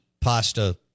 pasta